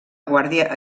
guàrdia